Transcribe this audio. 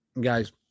guys